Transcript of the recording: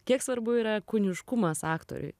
kiek svarbu yra kūniškumas aktoriui